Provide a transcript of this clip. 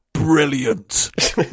Brilliant